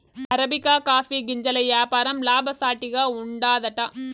arabica coffee గింజల యాపారం లాభసాటిగా ఉండాదట